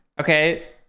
Okay